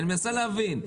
אני מנסה להבין.